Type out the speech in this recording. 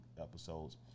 episodes